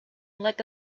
like